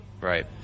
Right